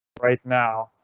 right now